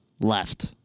Left